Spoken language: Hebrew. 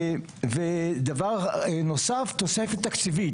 ודבר נוסף זה תוספת תקציבית.